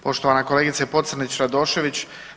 Poštovana kolegice Pocrnić Radošević.